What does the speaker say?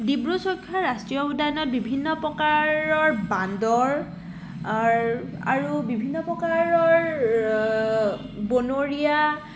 ডিব্ৰু ছৈখোৱা ৰাষ্ট্ৰীয় উদ্যানত বিভিন্ন প্ৰকাৰৰ বান্দৰ আৰু বিভিন্ন প্ৰকাৰৰ বনৰীয়া